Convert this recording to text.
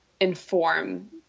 inform